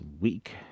week